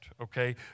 okay